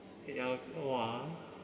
!wah!